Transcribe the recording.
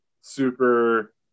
super